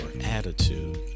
attitude